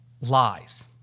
lies